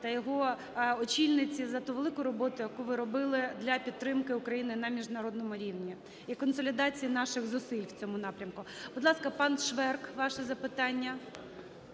та його очільниці за ту велику роботу, яку ви робили для підтримки України на міжнародному рівні і консолідації наших зусиль в цьому напрямку. Будь ласка, пан Шверк, ваше запитання.